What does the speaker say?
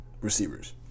receivers